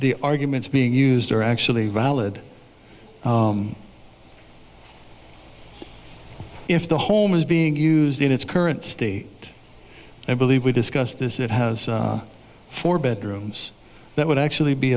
the arguments being used are actually valid if the home is being used in its current state i believe we discussed this it has four bedrooms that would actually be